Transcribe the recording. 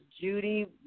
Judy